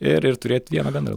ir ir turėt vieną bendrą